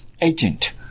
agent